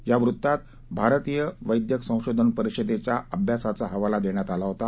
या वृत्तात भारतीय वैद्यकीय संशोधन परिषदेच्या अभ्यासाचा हवाला देण्यात आला होता